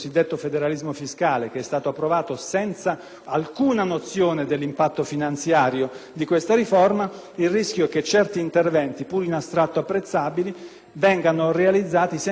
alcuna nozione dell'impatto finanziario della riforma, il rischio è che certi interventi, pur in astratto apprezzabili, siano realizzati senza alcuna nozione del loro impatto organizzativo